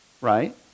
right